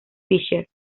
fisher